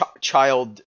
child